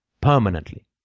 permanently